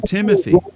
Timothy